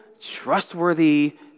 trustworthy